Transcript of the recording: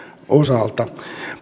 osalta